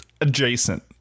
adjacent